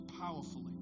powerfully